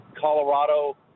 colorado